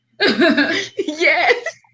Yes